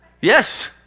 Yes